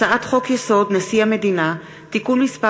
הצעת חוק-יסוד: נשיא המדינה (תיקון מס'